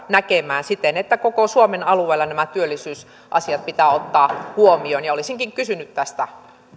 näkemään siten että koko suomen alueella nämä työllisyysasiat pitää ottaa huomioon olisinkin kysynyt tästä